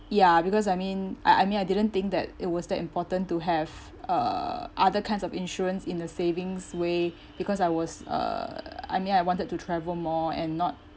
ya because I mean I I mean I didn't think that it was that important to have uh other kinds of insurance in the savings way because I was uh I mean I wanted to travel more and not